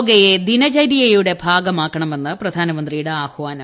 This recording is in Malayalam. യോഗയെ ദിനചുരൂയുടെ ഭാഗമാക്കണമെന്ന് പ്രധാനമൃന്തിയുടെ ആഹ്വാനം